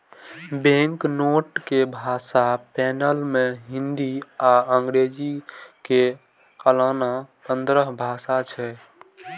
banknote के भाषा panel मे हिंदी आ अंग्रेजी के अलाना पंद्रह भाषा छै